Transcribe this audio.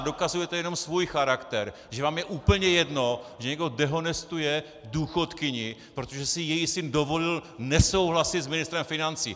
Dokazujete jenom svůj charakter, že vám je úplně jedno, že někdo dehonestuje důchodkyni, protože si její syn dovolil nesouhlasit s ministrem financí.